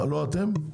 לא אתם?